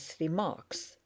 remarks